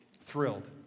Thrilled